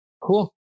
Cool